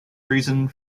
reasons